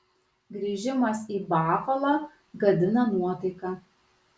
grįžimas į bafalą gadina nuotaiką